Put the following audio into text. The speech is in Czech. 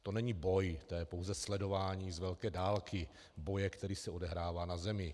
To není boj, to je pouze sledování z velké dálky boje, který se odehrává na zemi.